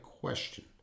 question